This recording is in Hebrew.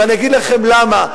ואני אגיד לכם למה,